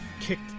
kicked